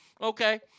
Okay